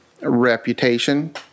reputation